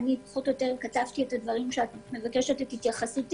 אני כתבתי את הדברים שאת מבקשת את התייחסותי.